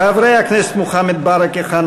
חברי הכנסת מוחמד ברכה,